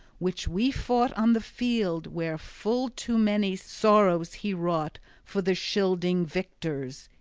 which we fought on the field where full too many sorrows he wrought for the scylding-victors,